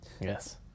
Yes